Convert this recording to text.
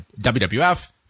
WWF